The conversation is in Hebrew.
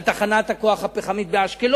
על תחנת הכוח הפחמית באשקלון,